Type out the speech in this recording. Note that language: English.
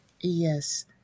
yes